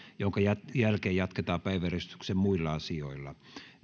jonka jälkeen jatketaan päiväjärjestyksen muilla asioilla